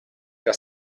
era